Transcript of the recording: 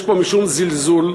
יש פה משום זלזול,